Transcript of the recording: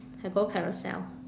can go carousell